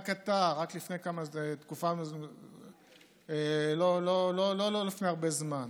רק לפני תקופה, לא לפני הרבה זמן,